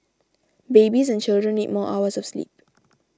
babies and children need more hours of sleep